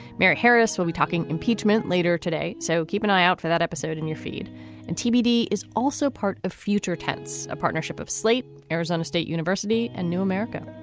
mary harris will be talking impeachment later today. so keep an eye out for that episode in your feed and tbd is also part of future tense a partnership of slate arizona state university and new america.